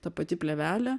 ta pati plėvelė